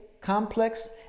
complex